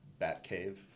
Batcave